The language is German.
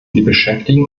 beschäftigen